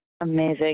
amazing